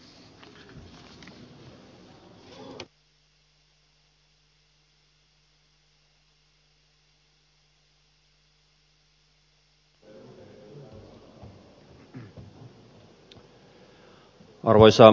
arvoisa herra puhemies